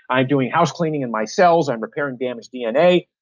i'm doing house cleaning in my cells. i'm repairing damaged dna.